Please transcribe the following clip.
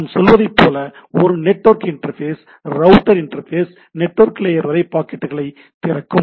நாம் சொல்வது போல ஒரு network interface router interface network layer வரை பாக்கெட்டுகளை திறக்கும்